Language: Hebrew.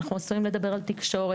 אנחנו עשויים לדבר על תקשורת.